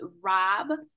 Rob